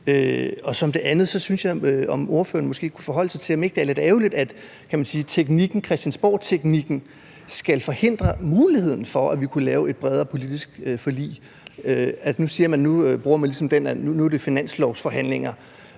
Det er det ene. Det andet er, om ordføreren ikke kunne forholde sig til, om ikke det er lidt ærgerligt, at Christiansborgteknikken skal forhindre muligheden for, at vi kunne lave et bredere politisk forlig. Nu bruger man ligesom den med, at det er finanslovsforhandlinger,